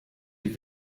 die